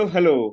Hello